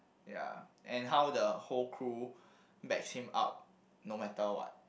ya and how the whole crew backs him up no matter what